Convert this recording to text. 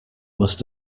must